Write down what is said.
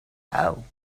hole